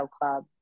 club